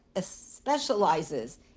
specializes